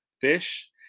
fish